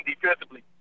defensively